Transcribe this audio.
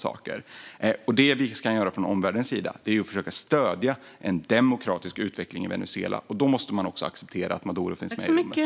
Det som vi kan göra från omvärldens sida är att försöka stödja en demokratisk utveckling i Venezuela. Då måste man också acceptera att Maduro finns med.